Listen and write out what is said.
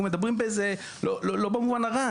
אנחנו מדברים לא במובן הרע.